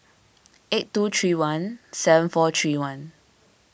eight two three one seven four three one